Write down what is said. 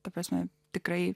ta prasme tikrai